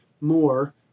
more